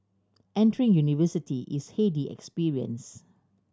entering university is heady experience